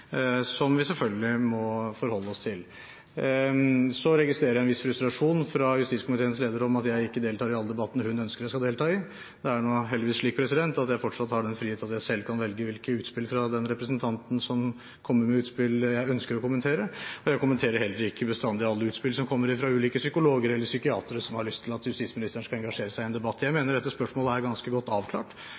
som vi selvfølgelig må forholde oss til. Jeg registrerer en viss frustrasjon fra justiskomiteens leder over at jeg ikke deltar i alle debattene hun ønsker jeg skal delta i. Det er nå heldigvis slik at jeg fortsatt har den frihet at jeg selv kan velge hvilke utspill fra den representanten som kommer med utspill, jeg ønsker å kommentere. Jeg kommenterer heller ikke bestandig alle utspill som kommer fra ulike psykologer eller psykiatere som har lyst til at justisministeren skal engasjere seg i en debatt. Jeg mener dette spørsmålet er ganske godt avklart: